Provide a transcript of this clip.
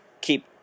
keep